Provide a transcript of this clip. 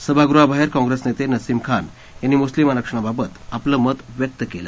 सभागृहाबाहेर काँप्रेसचे नेते नसीम खान यांनी मुस्लीम आरक्षणाबाबत आपलं मत व्यक्त केलं